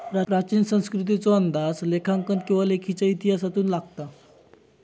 प्राचीन संस्कृतीचो अंदाज लेखांकन किंवा लेखाच्या इतिहासातून लागता